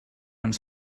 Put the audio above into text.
ens